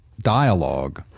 dialogue